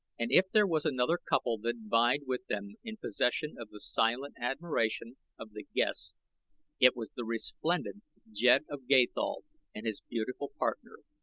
and if there was another couple that vied with them in possession of the silent admiration of the guests it was the resplendent jed of gathol and his beautiful partner.